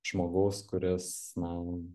žmogaus kuris na